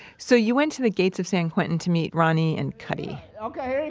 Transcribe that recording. so you went to the gates of san quentin to meet ronnie and cutty okay,